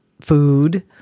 food